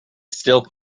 still